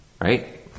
right